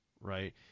right